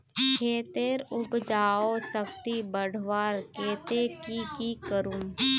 खेतेर उपजाऊ शक्ति बढ़वार केते की की करूम?